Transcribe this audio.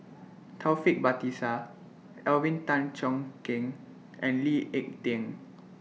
Taufik Batisah Alvin Tan Cheong Kheng and Lee Ek Tieng